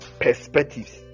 perspectives